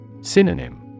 Synonym